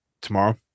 tomorrow